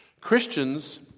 Christians